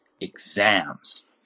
Exams